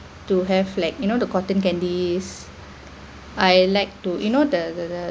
to have like you know the cotton candies I like to you know the the the